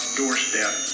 doorstep